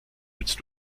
nutzt